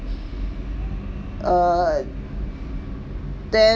err then